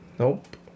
Nope